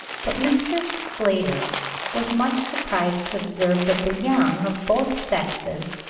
but mr. sclater was much surprised to observe that the young of both sexes,